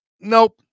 Nope